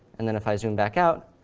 and then if i zoom back out,